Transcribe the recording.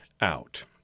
out